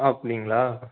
அப்படிங்களா